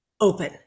open